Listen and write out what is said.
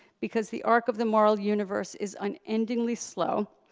because the arch of the moral universe is unendingly slow,